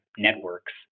networks